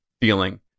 feeling